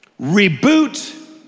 reboot